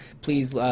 Please